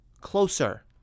closer